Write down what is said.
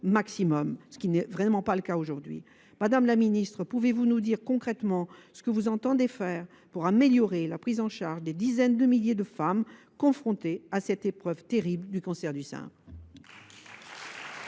ce qui n’est vraiment pas le cas aujourd’hui. Madame la ministre, pouvez vous nous dire concrètement ce que vous entendez faire pour améliorer la prise en charge des dizaines de milliers de femmes confrontées à cette épreuve terrible du cancer du sein ?